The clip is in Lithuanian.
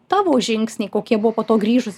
tavo žingsniai kokie buvo po to grįžus